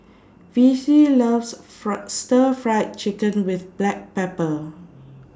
Vicie loves fur Stir Fry Chicken with Black Pepper